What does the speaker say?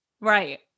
right